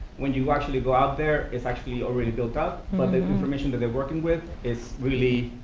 when you actually go out there, it's actually already built up but the information that they're working with is really,